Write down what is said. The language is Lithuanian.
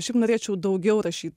šiaip norėčiau daugiau rašyt